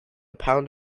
pound